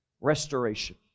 restoration